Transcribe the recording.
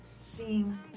seeing